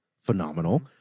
phenomenal